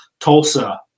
Tulsa